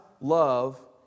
love